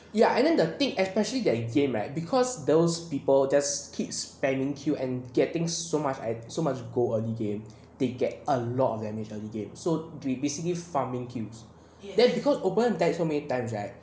ya and then the thing especially that game right because those people just keeps spamming kill and getting so much at so much go early game they get a lot of damage early game so we basically farming tools then because open tax so many times right